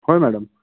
होय मॅडम